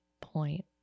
point